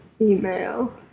email